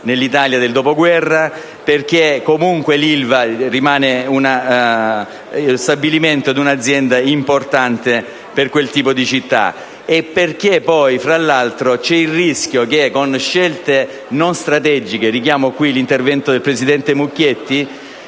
nell'Italia del dopoguerra. L'Ilva rimane comunque lo stabilimento di un'azienda importante per quel tipo di città. Fra l'altro, c'è il rischio che, con scelte non strategiche (richiamo qui l'intervento del presidente Mucchetti),